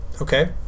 Okay